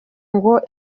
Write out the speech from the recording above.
ngo